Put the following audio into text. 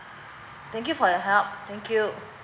thank you for your help thank you